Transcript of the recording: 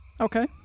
Okay